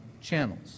channels